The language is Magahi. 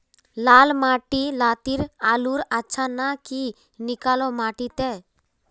लाल माटी लात्तिर आलूर अच्छा ना की निकलो माटी त?